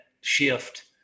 shift